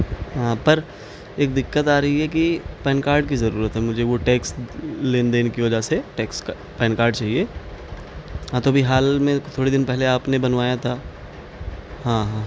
یہاں پر ایک دقت آ رہی ہے کہ پین کاڈ کی ضرورت ہے مجھے وہ ٹیکس لین دین کی وجہ سے ٹیکس کا پین کاڈ چاہیے ہاں تو ابھی حال میں تھوڑے دن پہلے آپ نے بنوایا تھا ہاں ہاں